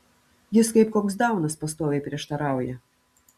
jis kaip koks daunas pastoviai prieštarauja